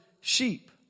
sheep